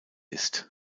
ist